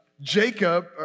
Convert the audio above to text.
Jacob